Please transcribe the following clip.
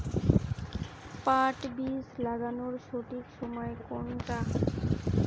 পাট বীজ লাগানোর সঠিক সময় কোনটা?